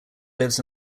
lives